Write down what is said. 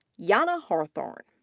jana hawthorne,